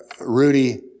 Rudy